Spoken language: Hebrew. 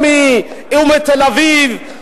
או מתל-אביב,